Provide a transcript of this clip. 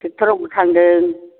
tractor आवबो थांदों